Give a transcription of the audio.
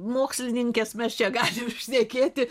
mokslininkės mes čia galim šnekėti